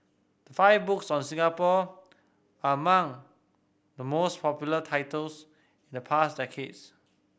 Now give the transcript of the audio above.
five books on Singapore are among the most popular titles in the past decades